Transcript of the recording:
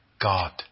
God